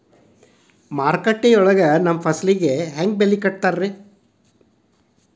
ಮಾರುಕಟ್ಟೆ ಗ ನಮ್ಮ ಫಸಲಿಗೆ ಹೆಂಗ್ ಬೆಲೆ ಕಟ್ಟುತ್ತಾರ ರಿ?